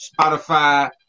Spotify